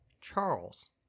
Charles